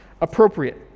appropriate